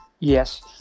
Yes